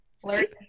Flirt